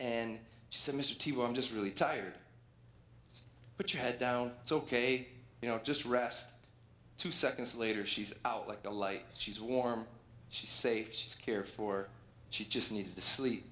tito i'm just really tired but you had down it's ok you know just rest two seconds later she's out like a light she's warm she's safe she's care for she just needed to sleep